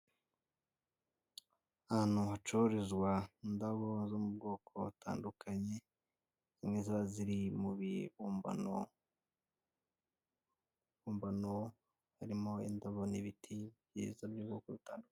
Ahantu hacururizwa indabo zo mubwoko butandukanye ,zimwe ziba ziri mu bibumbano, harimo indabo n'ibiti byiza by'ubwoko butandukanye.